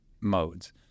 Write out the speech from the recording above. modes